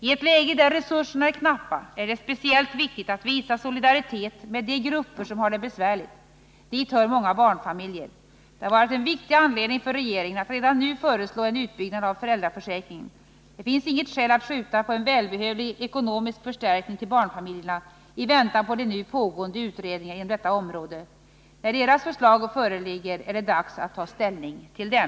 I ett läge där resurserna är knappa är det speciellt viktigt att visa solidaritet med de grupper som har det besvärligt. Dit hör många barnfamiljer. Det har varit en viktig anledning för regeringen att redan nu föreslå en utbyggnad av föräldraförsäkringen. Det finns inget skäl att skjuta på en välbehövlig ekonomisk förstärkning till barnfamiljerna i väntan på de nu pågående utredningarna inom detta område. När deras förslag föreligger är det dags att ta ställning till dem.